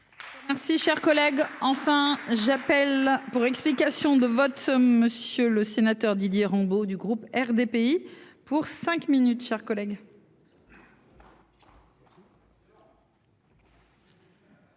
Si cher collègue, enfin j'appelle. Pour explication de vote, monsieur le sénateur Didier Rambaud du groupe RDPI pour cinq minutes chers collègues.